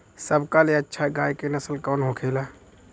सबका ले अच्छा गाय के नस्ल कवन होखेला?